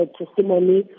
testimony